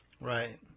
Right